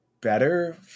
better